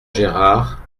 gérard